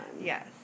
Yes